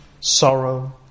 sorrow